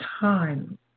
time